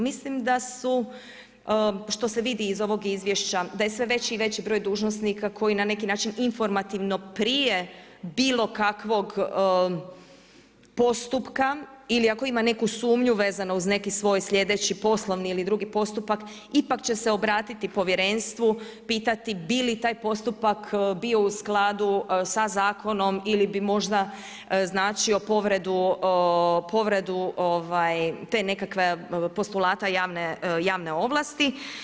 Mislim da su što se i vidi iz ovog izvješća da je sve veći i veći broj dužnosnika koji na neki način informativno prije bilo kakvog postupka ili ako ima neku sumnju vezano uz neki svoj sljedeći poslovni ili drugi postupak ipak će se obratiti povjerenstvu, pitati bi li taj postupak bio u skladu sa zakonom ili bi možda značio povredu te nekakve postulata javne ovlasti.